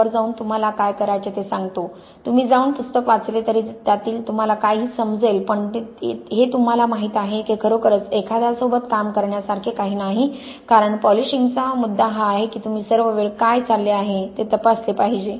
वर जाऊन तुम्हाला काय करायचे ते सांगतो तुम्ही जाऊन पुस्तक वाचले तरी त्यातील तुम्हाला काही समजेल पण हे तुम्हाला माहीत आहे की खरोखरच एखाद्यासोबत काम करण्यासारखे काही नाही कारण पॉलिशिंगचा मुद्दा हा आहे की तुम्ही सर्व वेळ काय चालले आहे ते तपासले पाहिजे